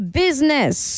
business